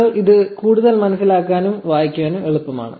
1002 ഇത് കൂടുതൽ മനസ്സിലാക്കാനും വായിക്കാനും എളുപ്പമാണ്